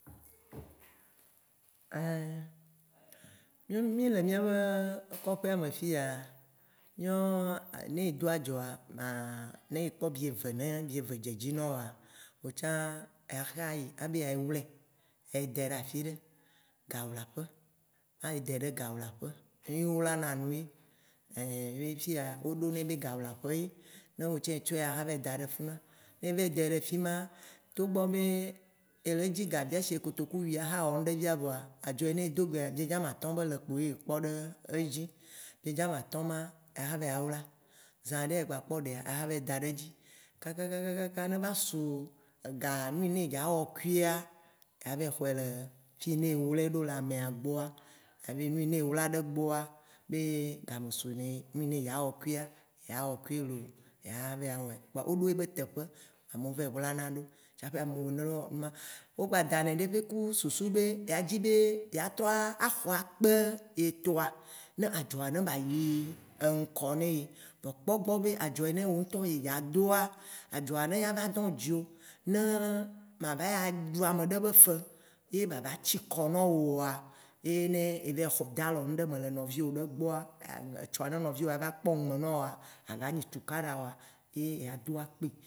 Ein, mìɔ mì le mìabe kɔƒea me fiya, mìɔ ne edo adzɔa, maaa ne ekpɔ bieve, ne bieve dze edzi nɔ wòa, wò tsã axa yi abe yea yi wlɛ, ye ayi dɛ ɖe afiɖe, gawlaƒe. mayi dɛ ɖe gawlaƒe, mì wlana nu ye. Ein fiya woɖonɛ be gawlaƒe ye. Ne wò tsã etsɔa, axɔ va yi da ɖe fufua, ne e va yi dɛ ɖe fima, togbɔ be ele dzi ga via sigbe kotoku wui axa wɔ ŋɖe fia vɔa, adzɔ yi ne edo egbea, biedze amatɔ̃ ye ekpɔ ɖe edzi. Biedze amatɔ̃ ma axa va yi awla, zã ɖe egba kpɔ ɖe kpoa, axa va yi da ɖe dzi kaka kaka kaka ne eva su ega, nu yi ne edza wɔ kuia, yea va yi xɔɛ le fi yi ne ewlɛ ɖo le amea gbɔa, abe nu yi ne yi wla ɖe egbɔa, be game su ne, ne nuyi ya wɔ kuia, ya wɔ kui looo, ya be ya wɔɛ. Kpoa wo ɖo yebe teƒe amewo va yi wlana ɖo, tsaƒe ameyiwo ne le wɔ ŋma wo gba danɛ ɖi ku susu be yea dzi be yea trɔ axɔ akpe ye tɔa, ne adzɔa ne ba yi eŋkɔ ne ye. Vɔ kpɔgbɔ be, adzo yi ne woŋtɔ ye dza doa, adzɔa ne ya va dɔ̃ dziwò ne ma va ayi ɖu ameɖe be ƒe ye ba va tsi kɔ nɔ wo oa, ye ne evayi da lɔ ŋɖe me le nɔviwò gbɔa, etsɔ ne nɔviwoa ava kpɔ ŋme nɔ woava nyi tukaɖa oa, ye yea do akpi.